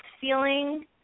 feeling